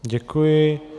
Děkuji.